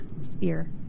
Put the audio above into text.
spear